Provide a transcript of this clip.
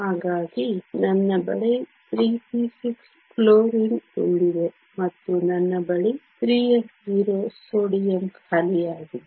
ಹಾಗಾಗಿ ನನ್ನ ಬಳಿ 3p6 ಕ್ಲೋರಿನ್ ತುಂಬಿದೆ ಮತ್ತು ನನ್ನ ಬಳಿ 3s0 ಸೋಡಿಯಂ ಖಾಲಿಯಾಗಿದೆ